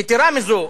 יתירה מזו,